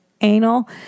anal